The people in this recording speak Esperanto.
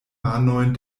manojn